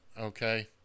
okay